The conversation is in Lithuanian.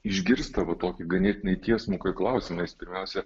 išgirsta va tokį ganėtinai tiesmuką klausimą jis pirmiausia